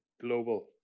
global